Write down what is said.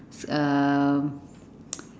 s~ um